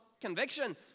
conviction